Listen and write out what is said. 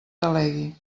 delegui